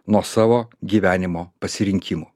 nuo savo gyvenimo pasirinkimų